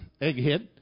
egghead